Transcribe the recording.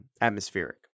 Atmospheric